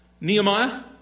Nehemiah